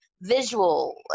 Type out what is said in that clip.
visual